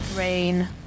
rain